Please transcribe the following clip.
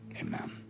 amen